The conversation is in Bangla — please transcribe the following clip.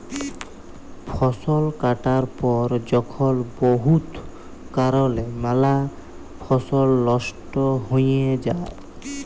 ফসল কাটার পর যখল বহুত কারলে ম্যালা ফসল লস্ট হঁয়ে যায়